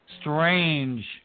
strange